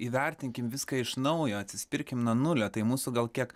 įvertinkim viską iš naujo atsispirkim nuo nulio tai mūsų gal kiek